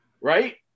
Right